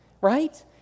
right